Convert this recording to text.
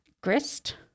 grist